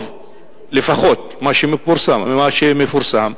לפחות ממה שמפורסם,